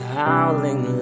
howling